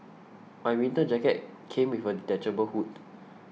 my winter jacket came with a detachable hood